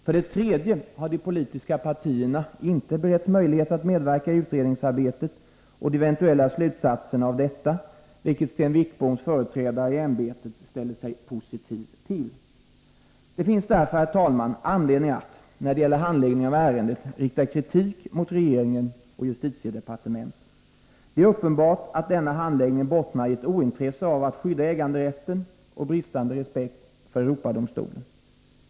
För det tredje har de politiska partierna inte beretts möjlighet att medverka i fråga om utredningsarbetet och de eventuella slutsatserna av detta, vilket Sten Wickboms företrädare i ämbetet ställde sig positiv till. Det finns därför, herr talman, anledning att, när det gäller handläggningen av ärendet, rikta kritik mot regeringen och justitiedepartementet. Det är uppenbart att denna handläggning bottnar i ett ointresse av att skydda äganderätten och bristande respekt för Europadomstolen.